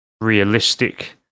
realistic